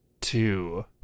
two